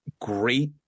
great